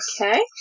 Okay